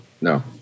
no